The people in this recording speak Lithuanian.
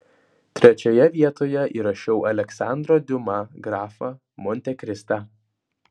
trečioje vietoje įrašau aleksandro diuma grafą montekristą